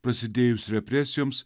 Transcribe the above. prasidėjus represijoms